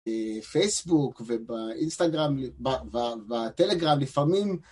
פייסבוק ובאינסטגרם ובטלגרם לפעמים